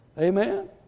Amen